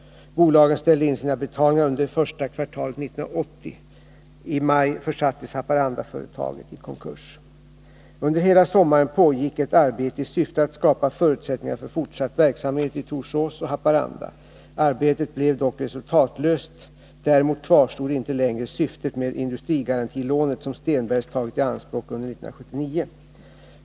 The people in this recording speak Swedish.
Bolagen ställde in sina betalningar under första kvartalet 1980. I maj försattes Haparandaföretaget i konkurs. Under hela sommaren pågick ett arbete i syfte att skapa förutsättningar för fortsatt verksamhet i Torsås och Haparanda. Arbetet blev dock resultatlöst. Därmed kvarstod inte längre syftet med industrigarantilånet som Stenbergs tagit i anspråk under 1979.